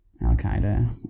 al-qaeda